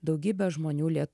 daugybė žmonių lie